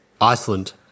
Iceland